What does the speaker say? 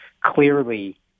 clearly